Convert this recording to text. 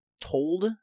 told